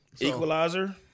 Equalizer